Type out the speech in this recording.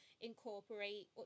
incorporate